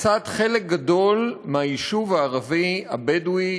הריסת חלק גדול מהיישוב הערבי הבדואי